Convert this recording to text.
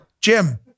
Jim